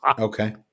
Okay